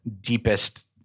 deepest